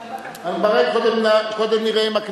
אני רק רוצה שזה יעבור לוועדת העבודה והרווחה.